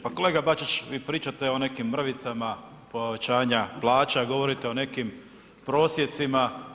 Pa kolega Bačić, vi pričate o nekim mrvicama povećanja plaća, govorite o nekim prosjecima.